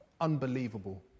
Unbelievable